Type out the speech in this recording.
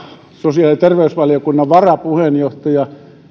sosiaali ja terveysvaliokunnan varapuheenjohtaja